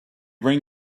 bring